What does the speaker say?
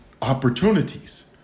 Opportunities